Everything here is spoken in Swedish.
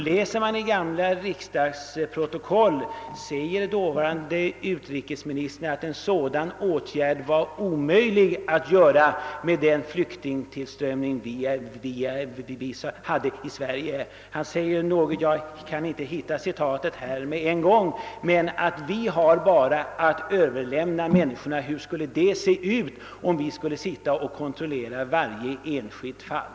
Läser man i gamla riksdagsprotokoll finner man att dåvarande utrikesministern säger att det var omöjligt att göra en gallring med den stora flyktingström som kommit till Sverige. Jag kan inte hitta citatet här med en gång, men han säger ungefär så här: Vi hade bara att följa givna avtal. Hur skulle det se ut om vi skulle kontrollera varje enskilt fall?